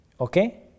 okay